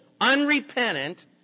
unrepentant